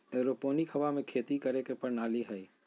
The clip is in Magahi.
एरोपोनिक हवा में खेती करे के प्रणाली हइ